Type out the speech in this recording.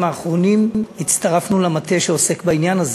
האחרונים הצטרפנו למטה שעוסק בעניין הזה.